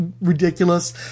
ridiculous